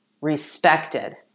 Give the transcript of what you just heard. respected